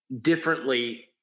differently